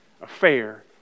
affair